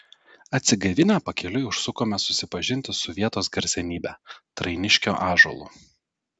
atsigaivinę pakeliui užsukome susipažinti su vietos garsenybe trainiškio ąžuolu